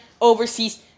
overseas